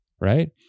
right